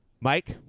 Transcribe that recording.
Mike